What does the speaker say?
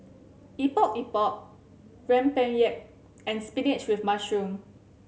Epok Epok rempeyek and spinach with mushroom